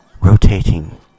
rotating